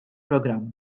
programm